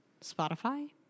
Spotify